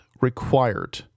required